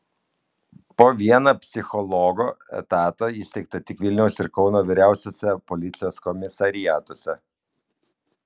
po vieną psichologo etatą įsteigta tik vilniaus ir kauno vyriausiuosiuose policijos komisariatuose